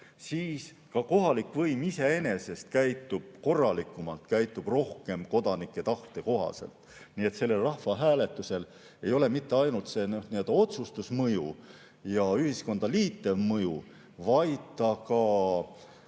siis ka kohalik võim iseenesest käitub korralikumalt, käitub rohkem kodanike tahte kohaselt. Nii et rahvahääletusel ei ole mitte ainult otsustusmõju ja ühiskonda liitev mõju, vaid see